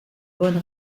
bonne